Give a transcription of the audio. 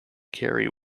carry